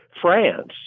france